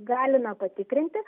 galime patikrinti